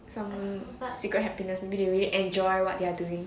some secret happiness maybe they really enjoy what they are doing